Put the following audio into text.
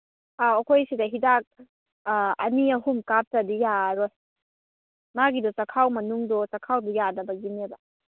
ꯑ ꯑꯩꯈꯣꯏ ꯁꯤꯗ ꯍꯤꯗꯥꯛ ꯑꯅꯤ ꯑꯍꯨꯝ ꯀꯥꯞꯇ꯭ꯔꯗꯤ ꯌꯥꯔꯔꯣꯏ ꯃꯥꯒꯤꯗꯣ ꯆꯥꯛꯈꯥꯎ ꯃꯅꯨꯡꯗꯣ ꯆꯥꯛꯈꯥꯎꯗꯣ ꯌꯥꯗꯕꯒꯤꯅꯦꯕ